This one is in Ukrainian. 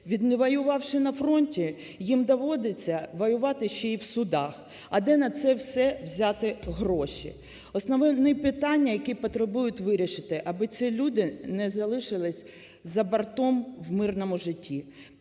Відвоювавши на фронті, їм доводиться воювати ще й в судах. А де на це все взяти гроші? Основні питання, які потребують вирішення, аби ці люди не залишились за бортом в мирному житті.